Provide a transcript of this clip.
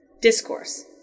discourse